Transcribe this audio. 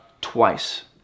twice